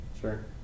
Sure